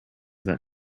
that